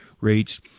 rates